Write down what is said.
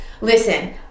listen